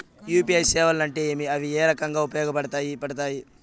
UPI సేవలు అంటే ఏమి, అవి ఏ రకంగా ఉపయోగపడతాయి పడతాయి?